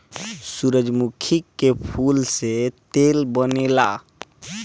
सूरजमुखी के फूल से तेल बनेला